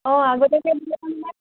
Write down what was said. অঁ আগতীয়াকৈ দিলে মানে